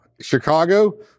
Chicago